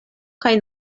kaj